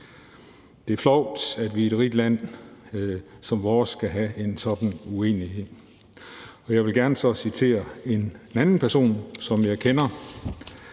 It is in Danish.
Det er flovt, at vi i et rigt land som vores skal have en sådan uenighed. Jeg vil gerne citere en anden person, som jeg kender.